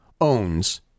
owns